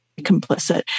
complicit